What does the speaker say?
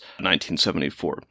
1974